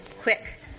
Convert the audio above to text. Quick